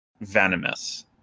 venomous